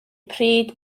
pryd